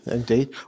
indeed